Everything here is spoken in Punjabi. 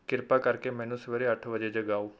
ਕਿਰਪਾ ਕਰਕੇ ਮੈਨੂੰ ਸਵੇਰੇ ਅੱਠ ਵਜੇ ਜਗਾਉ